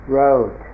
road